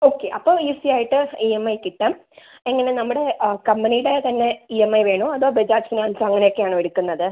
okay അപ്പം ഈസിയായിട്ട് E M I കിട്ടും എങ്ങനെ നമ്മുടെ ആ കമ്പനിയുടെ തന്നെ ഇ എം ഐ വേണോ അതോ ബജാജ് ഫിനാൻസോ അങ്ങനെയൊക്കെയാണോ എടുക്കുന്നത്